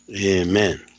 Amen